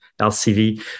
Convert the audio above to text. LCV